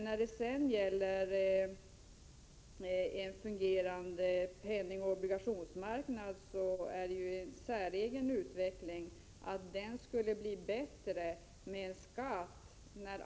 När det gäller frågan om en fungerande penningoch obligationsmarknad vill jag framhålla att det vore en säregen utveckling om denna marknad blev bättre bara därför att en skatt införs.